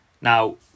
Now